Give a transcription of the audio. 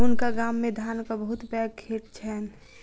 हुनका गाम मे धानक बहुत पैघ खेत छैन